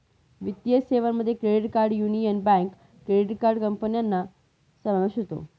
वित्तीय सेवांमध्ये credit card Union Bank credit card कंपन्यांचा समावेश होतो